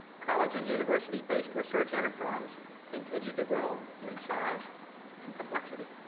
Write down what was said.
college and university-based research enterprise continued to grow in size and complexity.